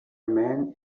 man